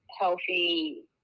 healthy